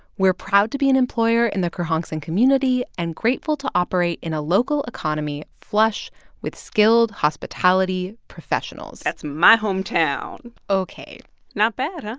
we're proud to be an employer in the kerhonkson community and grateful to operate in a local economy flush with skilled hospitality professionals that's my hometown ok not bad, huh?